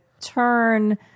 turn